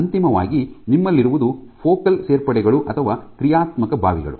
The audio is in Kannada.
ಅಂತಿಮವಾಗಿ ನಿಮ್ಮಲ್ಲಿರುವುದು ಫೋಕಲ್ ಸೇರ್ಪಡೆಗಳು ಅಥವಾ ಕ್ರಿಯಾತ್ಮಕ ಬಾವಿಗಳು